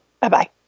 Bye-bye